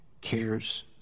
cares